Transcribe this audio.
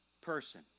person